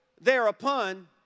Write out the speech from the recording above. thereupon